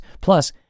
Plus